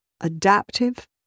adaptive